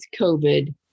COVID